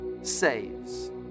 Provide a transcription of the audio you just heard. saves